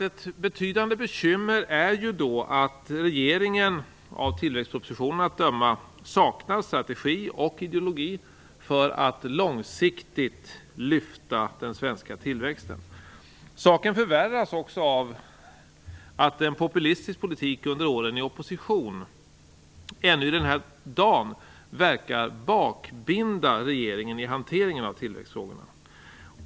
Ett betydande bekymmer är då att regeringen av tillväxtpropositionen att döma saknar strategi och ideologi för att långsiktigt lyfta den svenska tillväxten. Saken förvärras också av att en populistisk politik under åren i opposition och ännu i denna dag verkar bakbinda regeringen i hanteringen av tillväxtfrågorna.